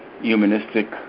humanistic